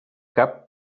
cap